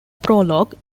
prologue